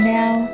now